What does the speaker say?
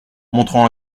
montrant